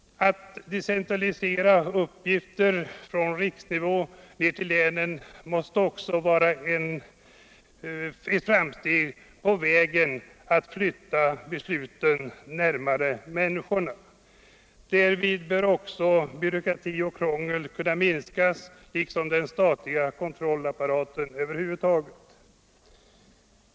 Att decentralisera uppgifter från riksnivå ned till länen måste också vara ett framsteg när det gäller att flytta besluten närmare människorna. Därvid bör också byråkrati och krångel minskas liksom den statliga kontrollapparaten över huvud taget.